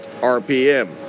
RPM